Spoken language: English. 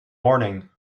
morning